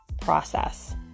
process